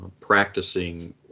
practicing